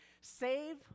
save